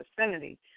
vicinity